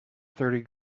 thirty